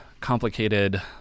complicated